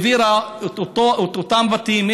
והעבירה את אותם בתים,